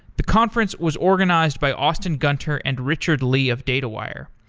the conference was organized by austin gunter and richard li of datawire.